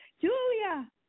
Julia